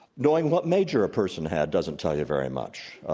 knowing what major a person had doesn't tell you very much.